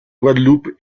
guadeloupe